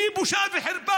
כי זו בושה וחרפה,